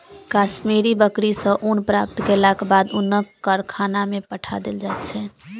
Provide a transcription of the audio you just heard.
कश्मीरी बकरी सॅ ऊन प्राप्त केलाक बाद ऊनक कारखाना में पठा देल जाइत छै